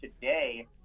today